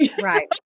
Right